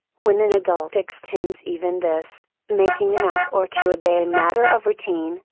when an adult extends even this, making a nap or two a day a matter of routine,